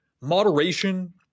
Moderation